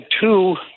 two